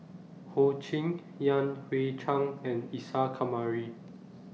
Ho Ching Yan Hui Chang and Isa Kamari